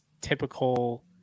typical